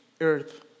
Earth